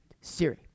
Siri